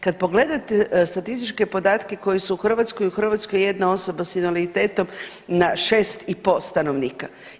Kad pogledate statističke podatke koji su u Hrvatskoj, u Hrvatskoj jedna osoba s invaliditetom na 6,5 stanovnika.